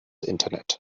internet